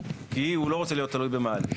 כי הוא לא רוצה להיות תלוי במעלית.